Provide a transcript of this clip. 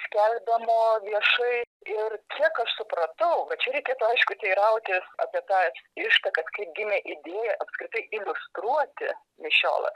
skelbiamo viešai ir kiek aš supratau va čia reikėtų aišku teirautis apie tas ištakas kaip gimė idėja apskritai iliustruoti mišiolas